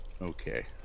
Okay